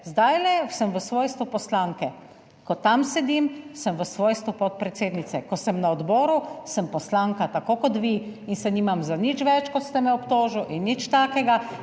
zdajle sem v svojstvu poslanke, ko tam sedim, sem v svojstvu podpredsednice. Ko sem na odboru, sem poslanka tako kot vi in se nimam za nič več kot ste me obtožili in nič takega.